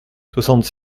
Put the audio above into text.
soixante